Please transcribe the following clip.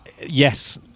Yes